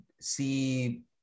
see